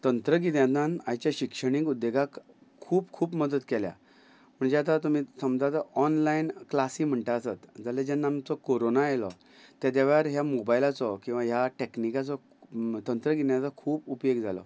तंत्रगिन्यानान आयच्या शिक्षणीक उद्देगाक खूब खूब मदत केल्या म्हणजे आतां तुमी समजा आतां ऑनलायन क्लासी म्हणटा आसत जाल्यार जेन्ना आमचो कोरोना आयलो तेद्या वेळार ह्या मोबायलाचो किंवां ह्या टॅक्निकाचो तंत्रगिन्यानाचो खूब उपयोग जालो